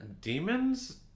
Demons